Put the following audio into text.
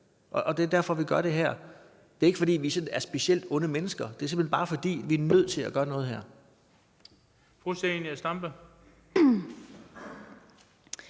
Det er derfor, vi gør det her. Det er ikke, fordi vi er specielt onde mennesker. Det er simpelt hen, bare fordi vi er nødt til at gøre noget her.